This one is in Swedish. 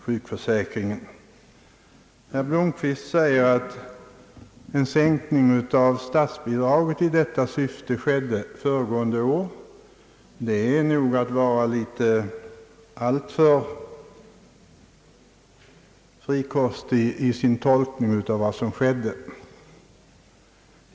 Herr Blomquist säger att en sänkning av statsbidraget i detta syfte skedde föregående år. Det är nog att vara alltför frikostig i sin tolkning av vad som skedde.